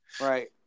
Right